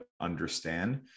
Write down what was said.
understand